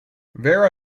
vera